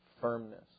firmness